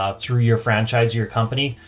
ah through your franchisee, your company.